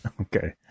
Okay